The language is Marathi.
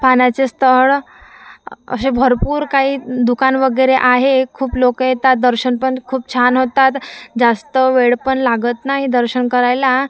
पाण्याचे स्थळ असे भरपूर काही दुकान वगैरे आहे खूप लोकं येतात दर्शन पण खूप छान होतात जास्त वेळ पण लागत नाही दर्शन करायला